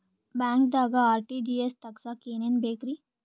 ಬ್ಯಾಂಕ್ದಾಗ ಆರ್.ಟಿ.ಜಿ.ಎಸ್ ತಗ್ಸಾಕ್ ಏನೇನ್ ಬೇಕ್ರಿ?